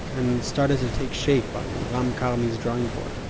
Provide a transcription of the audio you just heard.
and started to take shape on ram karmi's drawing board.